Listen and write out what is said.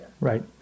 Right